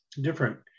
different